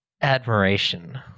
admiration